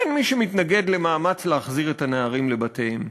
אין מי שמתנגד למאמץ להחזיר את הנערים לבתיהם,